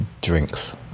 Drinks